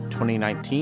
2019